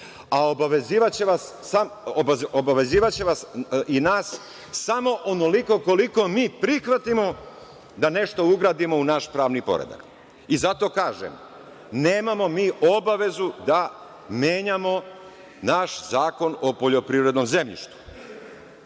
a obavezivaće i nas samo onoliko koliko mi prihvatimo da nešto ugradimo u naš pravni poredak. I zato kažem - nemamo mi obavezu da menjamo naš Zakon o poljoprivrednom zemljištu. Sada